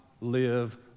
live